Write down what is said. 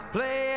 Play